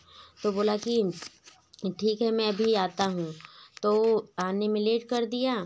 तो बोला कि ठीक मैं अभी आता हूँ तो आने में लेट कर दिया